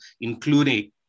including